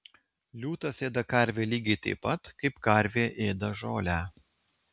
liūtas ėda karvę lygiai taip pat kaip karvė ėda žolę